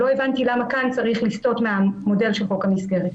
לא הבנתי למה כאן צריך לסטות מהמודל של חוק המסגרת.